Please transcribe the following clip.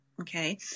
Okay